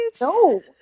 No